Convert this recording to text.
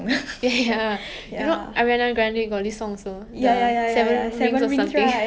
yeah